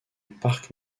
parc